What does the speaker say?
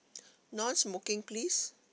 non smoking please